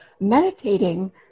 meditating